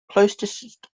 closest